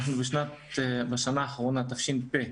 בשנה האחרונה, תש"ף,